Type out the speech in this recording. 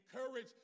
encourage